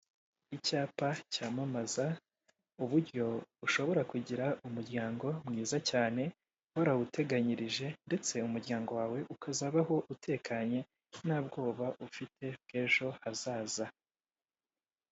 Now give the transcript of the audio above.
Icyapa cyamamaza uburyo ushobora kugira umuryango mwiza cyane warawuteganyirije ndetse umuryango wawe ukazabaho utekanye ntabwoba ufite bw'ejo hazaza.